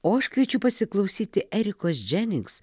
o aš kviečiu pasiklausyti erikos dženings